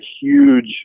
huge